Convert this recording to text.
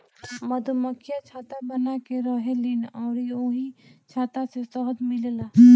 मधुमक्खियाँ छत्ता बनाके रहेलीन अउरी ओही छत्ता से शहद मिलेला